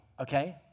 Okay